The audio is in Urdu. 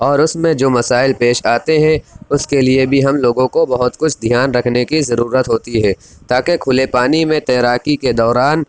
اور اُس میں جو مسائل پیش آتے ہیں اُس کے لیے بھی ہم لوگوں کو بہت کچھ دھیان رکھنے کی ضرورت ہوتی ہے تاکہ کُھلے پانی میں تیراکی کے دوران